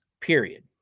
period